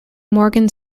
morgan